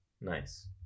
Nice